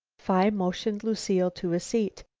phi motioned lucile to a seat.